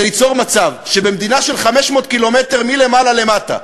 ליצור מצב שבמדינה של 500 קילומטר מלמעלה למטה,